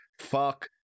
fuck